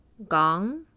gong